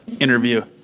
interview